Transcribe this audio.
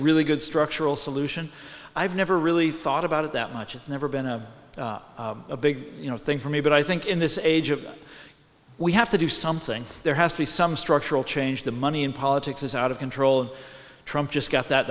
really good structural solution i've never really thought about it that much it's never been a a big thing for me but i think in this age of we have to do something there has to be some structural change the money in politics is out of control trump just got that